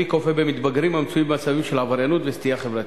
במתבגרים המצויים במצבים של עבריינות וסטייה חברתית.